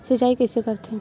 सिंचाई कइसे करथे?